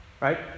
right